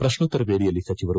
ಪ್ರಸ್ನೋತ್ತರ ವೇಳೆಯಲ್ಲಿ ಸಚಿವರು